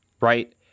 right